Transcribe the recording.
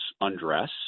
undress